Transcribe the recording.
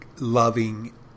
loving